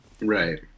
Right